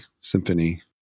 symphony